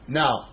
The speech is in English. now